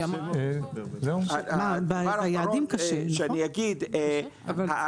היעדים קשה, נכון.